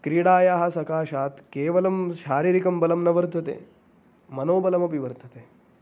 क्रीडायाः सकाशात् केवलं शारीरिकं बलं न वर्धते मनोबलमपि वर्धते